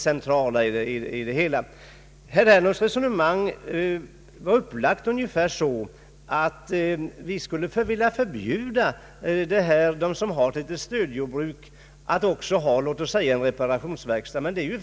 Herr Ernulfs resonemang var upplagt ungefär som om vi skulle vilja förbjuda dem som har ett stödjordbruk att också ha en reparationsverkstad, men det är fel.